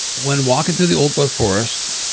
when walking through the old growth forests,